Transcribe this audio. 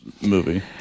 movie